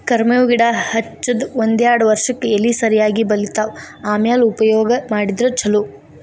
ಕರ್ಮೇವ್ ಗಿಡಾ ಹಚ್ಚದ ಒಂದ್ಯಾರ್ಡ್ ವರ್ಷಕ್ಕೆ ಎಲಿ ಸರಿಯಾಗಿ ಬಲಿತಾವ ಆಮ್ಯಾಲ ಉಪಯೋಗ ಮಾಡಿದ್ರ ಛಲೋ